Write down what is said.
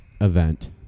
event